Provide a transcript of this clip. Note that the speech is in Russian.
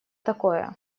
такое